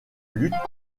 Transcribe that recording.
lutte